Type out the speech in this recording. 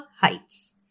heights